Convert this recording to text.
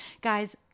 Guys